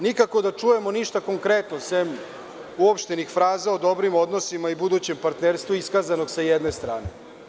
Nikako da čujemo ništa konkretno, sem uopštenih fraza o dobrim odnosima i budućem partnerstvu iskazanog sa jedne strane.